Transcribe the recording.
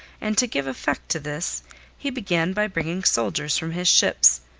and to give effect to this he began by bringing soldiers from his ships,